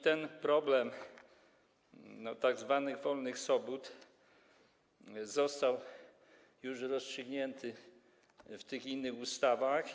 Ten problem tzw. wolnych sobót został już rozstrzygnięty w tych innych ustawach.